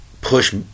push